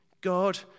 God